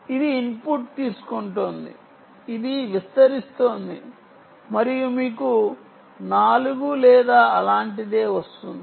ఇది ఇన్పుట్ తీసుకుంటోంది ఇది విస్తరిస్తోంది మరియు మీకు 4 లేదా అలాంటిదే వస్తుంది